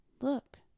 Look